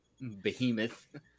Behemoth